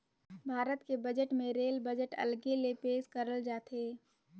भारत के बजट मे रेल बजट अलगे ले पेस करल जाथे